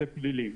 זה פלילי.